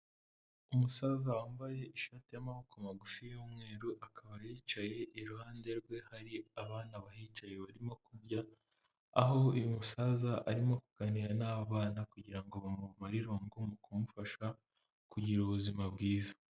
Umusaza wambaye ishati y'amaboko magufi y'umweru akaba yicaye, iruhande rwe hari abana bahicaye barimo kurya aho uyu musaza arimo kuganira n'abana kugira ngo bamumare irungu mu kumufasha kugira ubuzima bwiza.